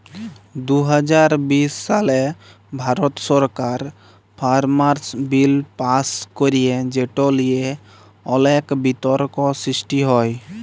দু হাজার বিশ সালে ভারত সরকার ফার্মার্স বিল পাস্ ক্যরে যেট লিয়ে অলেক বিতর্ক সৃষ্টি হ্যয়